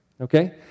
Okay